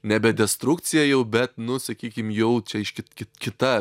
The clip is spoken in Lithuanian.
nebe destrukcija jau bet nu sakykim jau čia iš kit kit kita